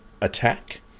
attack